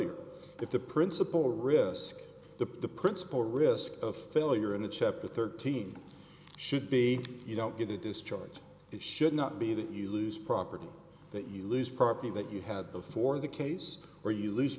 if the principal risk the principal risk of failure in a chapter thirteen should be you don't get a discharge it should not be that you lose property that you lose property that you had before the case where you lose